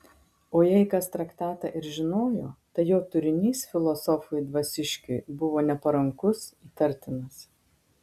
o jei kas traktatą ir žinojo tai jo turinys filosofui dvasiškiui buvo neparankus įtartinas